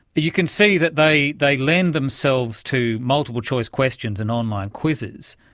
you can see that they they lend themselves to multiple choice questions and online quizzes.